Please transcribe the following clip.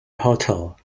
hotel